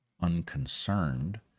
unconcerned